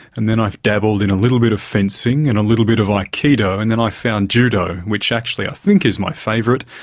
and then i've dabbled in a little bit of fencing and a little bit of aikido and then i found judo, which actually i think is my favourite,